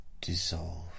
dissolve